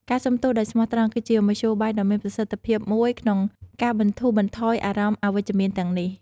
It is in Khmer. ការសុំទោសដោយស្មោះត្រង់ គឺជាមធ្យោបាយដ៏មានប្រសិទ្ធភាពមួយក្នុងការបន្ធូរបន្ថយអារម្មណ៍អវិជ្ជមានទាំងនេះ។